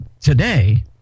Today